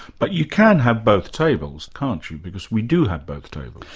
but you can have both tables, can't you? because we do have both tables.